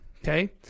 Okay